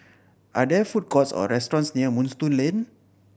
are there food courts or restaurants near Moonstone Lane